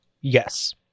Yes